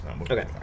Okay